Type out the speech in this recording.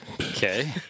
Okay